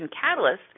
catalyst